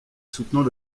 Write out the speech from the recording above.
soutenant